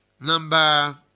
number